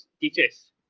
teachers